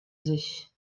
sich